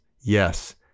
Yes